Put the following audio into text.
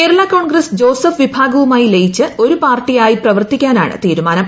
കേരളാ കോൺഗ്രസ് ജോസഫ് വിഭാഗവുമായി ലയിച്ച് ഒരു പാർട്ടിയായി പ്രവർത്തിക്കാനാണ് തീരുമാനം